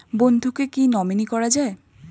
বন্ধুকে কী নমিনি করা যায়?